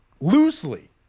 loosely